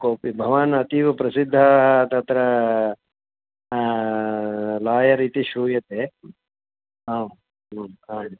कोपि भवान् अतीव प्रसिद्धः तत्र लायर् इति श्रूयते आम् ह आम्